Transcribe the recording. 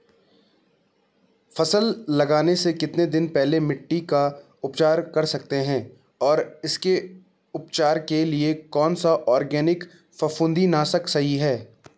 फसल लगाने से कितने दिन पहले मिट्टी का उपचार कर सकते हैं और उसके उपचार के लिए कौन सा ऑर्गैनिक फफूंदी नाशक सही है?